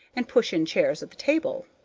and push in chairs at the table.